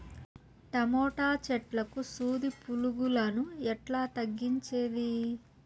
Tomato చెట్లకు సూది పులుగులను ఎట్లా తగ్గించేది?